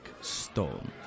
Stone